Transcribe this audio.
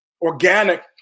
Organic